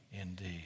indeed